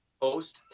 post